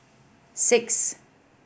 six